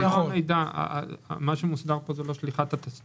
מה שמוסדר פה זה לא שליחת התצלום.